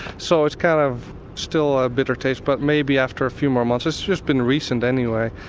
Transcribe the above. so it's kind of still a bitter taste. but maybe after a few more months. it's just been recent anyway,